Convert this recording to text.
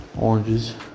oranges